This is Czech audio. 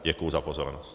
Děkuji za pozornost.